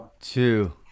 two